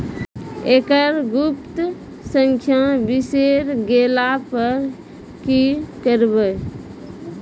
एकरऽ गुप्त संख्या बिसैर गेला पर की करवै?